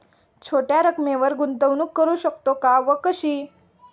छोट्या रकमेद्वारे गुंतवणूक करू शकतो का व कशी?